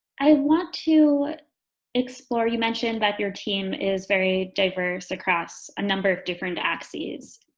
i want to explore, you mentioned that your team is very diverse across a number of different axes.